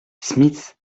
smith